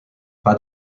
pas